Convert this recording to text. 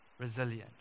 resilient